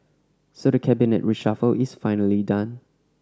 so the Cabinet reshuffle is finally done